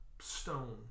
stone